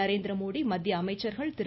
நரேந்திரமோடி மத்திய அமைச்சர்கள் திரு